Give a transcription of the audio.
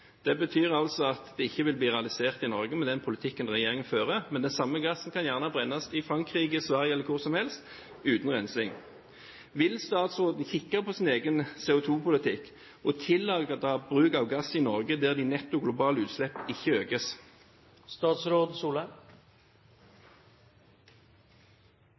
Det betyr altså at det ikke vil bli realisert i Norge med den politikken regjeringen fører. Men den samme gassen kan gjerne brennes i Frankrike, Sverige eller hvor som helst uten rensing. Vil statsråden kikke på sin egen CO2-politikk og tillate bruk av gass i Norge der de netto globale utslipp ikke